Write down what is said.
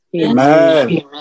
Amen